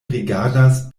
rigardas